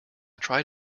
tried